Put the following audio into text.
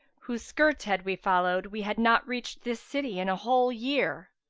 whose skirts had we followed, we had not reached this city in a whole year.